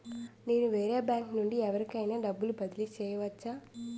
నేను వేరే బ్యాంకు నుండి ఎవరికైనా డబ్బు బదిలీ చేయవచ్చా?